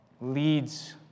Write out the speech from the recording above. leads